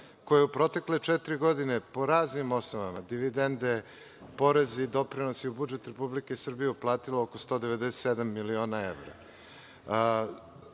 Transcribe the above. koje je u protekle četiri godine po raznim osnovama – dividende, porezi, doprinosi, u budžet Republike Srbije uplatilo oko 197 miliona evra. Javno